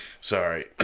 Sorry